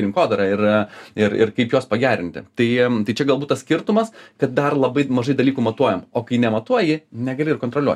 rinkodara ir ir ir kaip juos pagerinti tai tai čia galbūt tas skirtumas kad dar labai mažai dalykų matuojam o kai nematuoji negali ir kontroliuoti